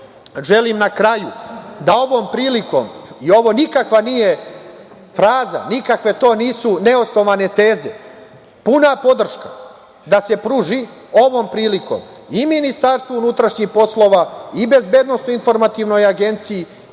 želim na kraju da ovom prilikom, i ovo nikakva nije fraza, nikakve to nisu neosnovane teze, puna podrška da se pruži ovom prilikom i Ministarstvu unutrašnjih poslova, i Bezbednosno-informativnoj agenciji,